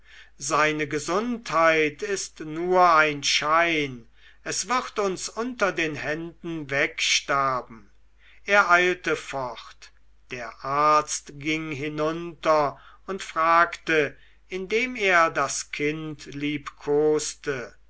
seine gesundheit ist nur ein schein es wird uns unter den händen wegsterben er eilte fort der arzt ging hinunter und fragte indem er das kind